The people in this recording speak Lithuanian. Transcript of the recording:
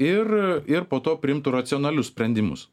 ir ir po to priimtų racionalius sprendimus